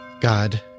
God